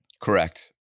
Correct